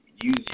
use